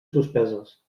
suspeses